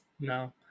No